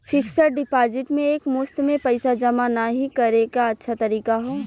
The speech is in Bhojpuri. फिक्स्ड डिपाजिट में एक मुश्त में पइसा जमा नाहीं करे क अच्छा तरीका हौ